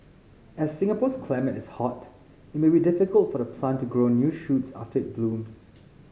as Singapore's climate is hot it may be difficult for the plant to grow new shoots after it blooms